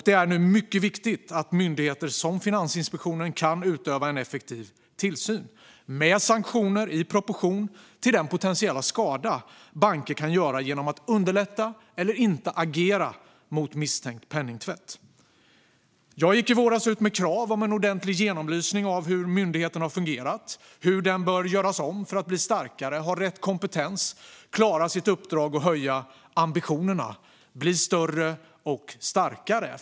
Det är nu mycket viktigt att myndigheter som Finansinspektionen kan utöva en effektiv tillsyn, med sanktioner i proportion till den potentiella skada banker kan göra genom att underlätta eller inte agera mot misstänkt penningtvätt. Jag gick i våras ut med krav på en ordentlig genomlysning av hur myndigheten har fungerat och hur den bör göras om för att bli starkare, ha rätt kompetens, klara sitt uppdrag och höja ambitionerna. Myndigheten bör bli större och starkare.